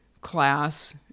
class